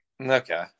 Okay